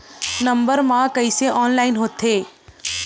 Number मा कइसे online होथे?